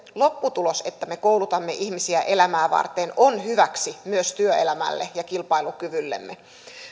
lopputulos että me koulutamme ihmisiä elämää varten on hyväksi myös työelämälle ja kilpailukyvyllemme